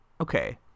okay